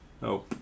no